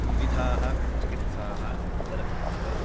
विविधा चिकित्सा उपलभ्यन्ते